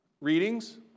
readings